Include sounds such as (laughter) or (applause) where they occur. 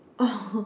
oh (laughs)